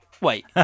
wait